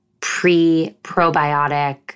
pre-probiotic